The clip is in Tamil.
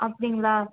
அப்படிங்களா